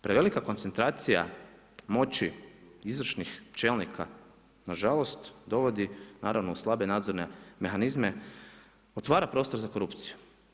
Prevelika koncentracija moći izvršnih čelnika na žalost dovodi naravno uz slabe nadzorne mehanizme, otvara prostor za korupciju.